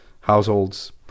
households